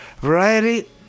variety